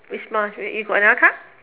which one you got another card